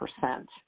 percent